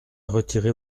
retirer